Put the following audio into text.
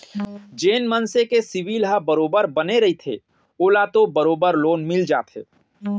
जेन मनसे के सिविल ह बरोबर बने रहिथे ओला तो बरोबर लोन मिल जाथे